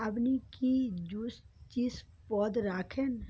আপনি কি juice cheese পদ রাখেন